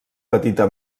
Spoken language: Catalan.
petita